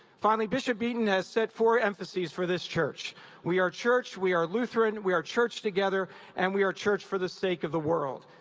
finally bishop eaton set four emphases for this church we are church, we are lutheran, we are church together and we are church for the sake of the world.